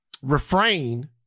refrain